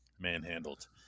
manhandled